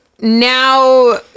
now